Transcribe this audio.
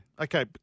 Okay